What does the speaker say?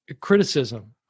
criticism